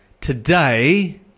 today